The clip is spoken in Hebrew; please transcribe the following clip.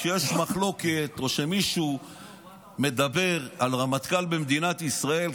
כשיש מחלוקת או כשמישהו מדבר על רמטכ"ל במדינת ישראל,